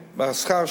השכר,